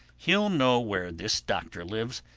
he'll know where this doctor lives.